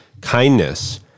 kindness